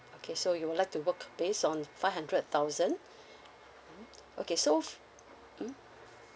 okay so you would like to work based on five hundred thousand okay so mm